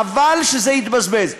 חבל שזה יתבזבז.